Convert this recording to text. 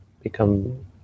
become